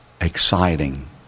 exciting